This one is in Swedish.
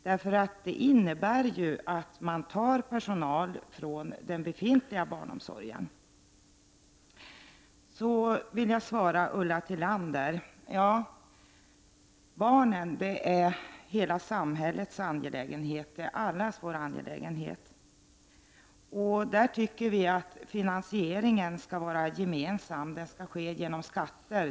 Det innebär ju att man tar personal från den befintliga barnomsorgen. Ulla Tillander vill jag svara att barnen är hela samhällets angelägenhet — de är allas vår angelägenhet. Vi tycker att finansieringen skall vara gemensam, att den skall ske genom skatter.